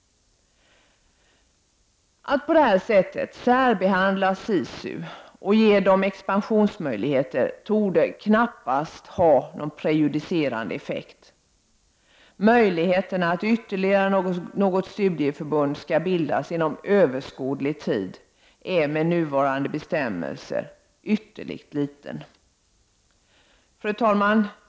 Att på detta sätt särbehandla SISU och ge studieförbundet dessa expansionsmöjligheter torde knappast ha någon prejudicerande effekt. Möjligheten att ytterligare något studieförbund skall bildas inom överskådlig tid är med nuvarande bestämmelser ytterligt liten. Fru talman!